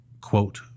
Quote